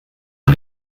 man